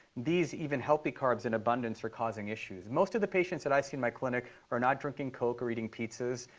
these even healthy carbs in abundance are causing issues. most of the patients that i see in my clinic are not drinking coke or eating pizzas.